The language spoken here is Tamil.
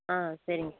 ஆ சரிங்க